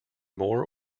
more